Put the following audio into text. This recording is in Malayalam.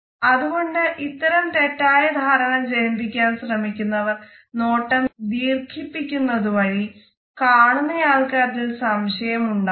അതുകൊണ്ട് ഇത്തരം തെറ്റായ ധാരണ ജനിപ്പിക്കാൻ ശ്രമിക്കുന്നവർ നോട്ടം ദീർഘിപ്പിക്കുന്നതുവഴി കാണുന്നയാൾക്ക് അതിൽ സംശയം ഉണ്ടാക്കുന്നു